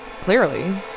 Clearly